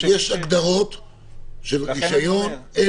יש הגדרות של רישיון.